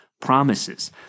promises